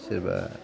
सोरबा